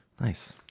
nice